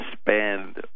spend